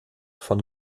von